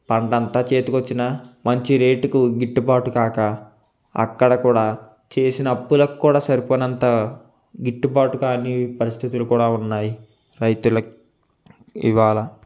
పంట అంతా చేతికి వచ్చినా మంచి రేటుకు గిట్టుబాటు కాక అక్కడ కూడా చేసిన అప్పులకు కూడా సరిపోనంత గిట్టుబాటు కానీ పరిస్థితులు కూడా ఉన్నాయి రైతులకు ఇవాళ